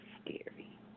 scary